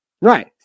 Right